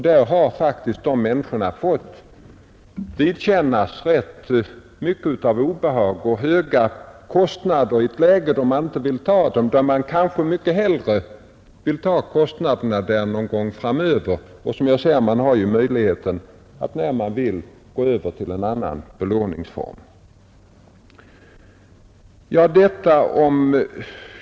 Dessa människor har faktiskt fått vidkännas rätt mycket av obehag och höga kostnader. De kanske mycket hellre vill ta kostnaderna någon gång framöver. Som jag sade har man ju möjligheten att när man vill gå över från paritetslån till en annan belåningsform.